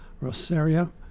Rosario